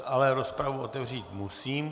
Ale rozpravu otevřít musím.